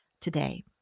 today